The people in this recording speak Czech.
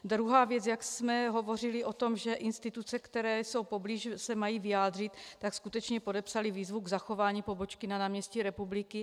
Druhá věc, jak jsme hovořili o tom, že instituce, které jsou poblíž, se mají vyjádřit, tak skutečně podepsaly výzvu k zachování pobočky na náměstí Republiky.